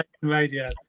radio